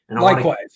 Likewise